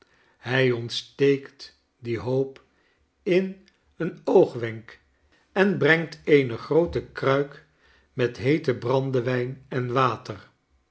hij ontsteekt dien hoop in een oogwenk en brengt eene groote kruik met heeten brandewijn en water